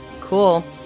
Cool